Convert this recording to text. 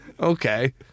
Okay